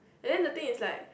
and then the thing is like